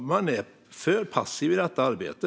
Man är för passiv i detta arbete.